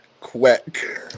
quick